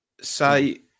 say